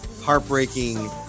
heartbreaking